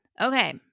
okay